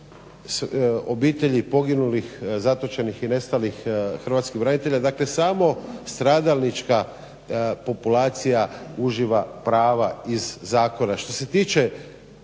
obitelji poginulih, zatočenih i nestalih hrvatskih branitelja dakle samo stradalnička populacija uživa prava iz zakona.